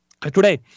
today